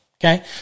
okay